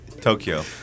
Tokyo